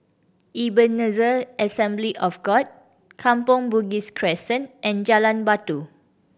Ebenezer Assembly of God Kampong Bugis Crescent and Jalan Batu